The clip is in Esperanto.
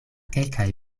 kelkaj